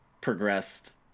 progressed